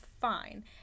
fine